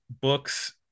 books